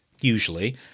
usually